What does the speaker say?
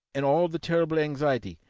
and all the terrible anxiety.